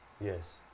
Yes